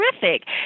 Terrific